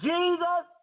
Jesus